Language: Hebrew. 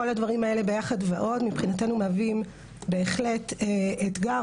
כל הדברים האלה ועוד מבחינתנו מהווים בהחלט אתגר